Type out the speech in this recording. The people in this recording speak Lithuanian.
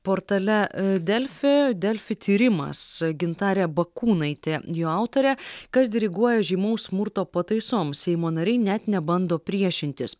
portale delfi delfi tyrimas gintarė bakūnaitė jo autorė kas diriguoja žymaus smurto pataisoms seimo nariai net nebando priešintis